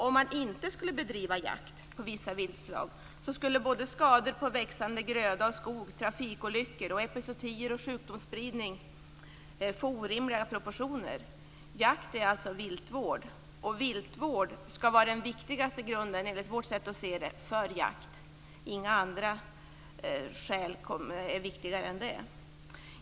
Om man inte skulle bedriva jakt på vissa viltslag skulle både skador på växande gröda och skog, trafikolyckor, epizootier och sjukdomsspridning få orimliga proportioner. Jakt är alltså viltvård, och viltvård ska vara den viktigaste grunden för jakt enligt vårt sätt att se det. Inga andra skäl är viktigare än det.